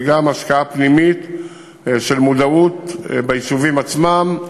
וגם השקעה פנימית במודעות ביישובים עצמם.